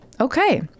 Okay